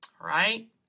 Right